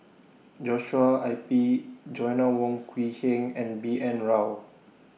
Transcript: Joshua I P Joanna Wong Quee Heng and B N Rao